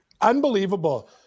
Unbelievable